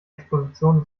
exposition